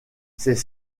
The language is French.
c’est